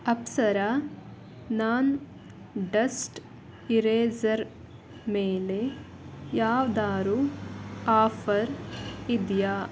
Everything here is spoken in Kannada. ಅಪ್ಸರಾ ನಾನ್ ಡಸ್ಟ್ ಇರೇಝರ್ ಮೇಲೆ ಯಾವ್ದಾದ್ರೂ ಆಫರ್ ಇದೆಯಾ